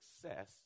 success